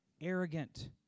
arrogant